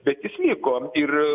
bet jis liko ir